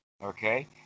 Okay